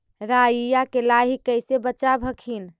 राईया के लाहि कैसे बचाब हखिन?